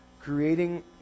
creating